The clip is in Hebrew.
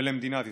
ולמדינת ישראל.